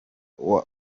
ute